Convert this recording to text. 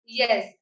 yes